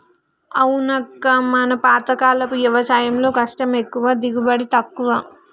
అవునక్క మన పాతకాలపు వ్యవసాయంలో కష్టం ఎక్కువ దిగుబడి తక్కువ